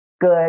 good